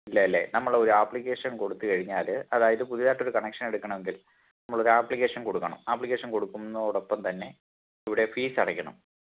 ഇല്ല അല്ലേ നമ്മൾ ഒരു അപ്ലിക്കേഷൻ കൊടുത്തു കഴിഞ്ഞാൽ അതായത് പുതിയതായിട്ട് ഒരു കണക്ഷൻ എടുക്കണമെങ്കിൽ നമ്മളൊരു അപ്ലിക്കേഷൻ കൊടുക്കണം അപ്ലിക്കേഷൻ കൊടുക്കുന്നതോടൊപ്പം തന്നെ ഇവിടെ ഫീസടയ്ക്കണം